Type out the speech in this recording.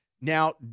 Now